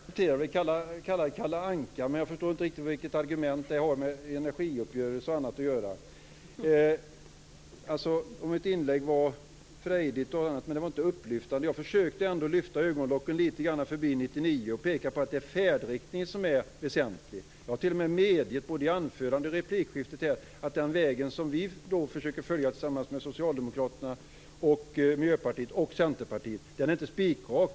Fru talman! Jag kan nog acceptera att bli kallad Kalle Anka, men jag förstår inte riktigt vad det argumentet har med energiuppgörelse och annat att göra. Eva Flyborg sade att mitt inlägg var frejdigt men att det inte var upplyftande. Jag försökte ändå att lyfta ögonlocken lite grann förbi 1999 och påpeka att det är färdriktningen som är väsentlig. Jag har t.o.m. medgett både i anförandet och replikskiftet att den vägen som vi försöker följa tillsammans med Socialdemokraterna, Miljöpartiet och Centerpartiet inte är spikrak.